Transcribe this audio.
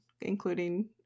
including